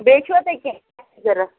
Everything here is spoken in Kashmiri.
بیٚیہِ چھُوا تۄہہِ کیٚنٛہہ ضروٗرت